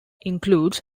includes